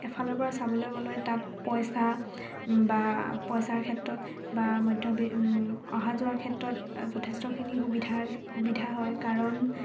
এফালৰ পৰা চাবলৈ গ'লে তাত পইচা বা পইচাৰ ক্ষেত্ৰত বা মধ্যবি অহা যোৱাৰ ক্ষেত্ৰত যথেষ্টখিনি সুবিধাৰ সুবিধা হয় কাৰণ